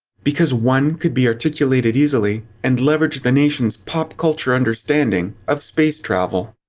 because one could be articulated easily, and leveraging the nation's pop-culture understanding of space travel.